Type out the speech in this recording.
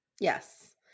Yes